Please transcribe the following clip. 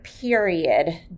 period